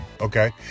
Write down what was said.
okay